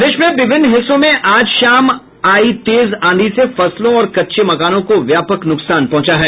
प्रदेश में विभिन्न हिस्सों में आज शाम आयी तेज आंधी से फसलों और कच्चे मकानों को व्यापक नुकसान पहुंचा है